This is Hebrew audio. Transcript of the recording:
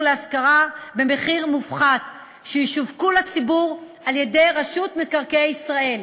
להשכרה במחיר מופחת שישווקו לציבור על-ידי רשות מקרקעי ישראל.